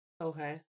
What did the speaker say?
Okay